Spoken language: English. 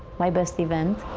my best event.